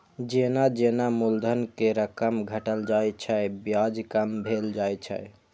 जेना जेना मूलधन के रकम घटल जाइ छै, ब्याज कम भेल जाइ छै